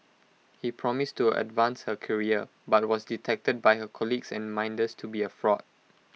he promised to advance her career but was detected by her colleagues and minders to be A fraud